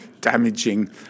damaging